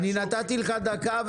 נתתי לך דקה,